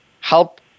help